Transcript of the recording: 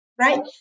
right